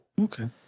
okay